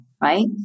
right